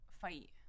fight